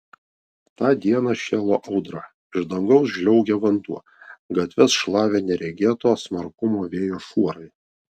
tą dieną šėlo audra iš dangaus žliaugė vanduo gatves šlavė neregėto smarkumo vėjo šuorai